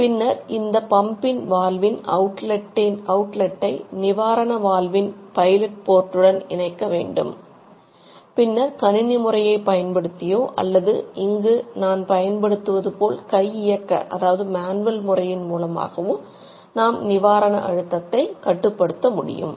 பின்னர் இந்த பம்பின் வால்வின் கட்டுப்படுத்த முடியும்